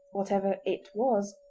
whatever it was,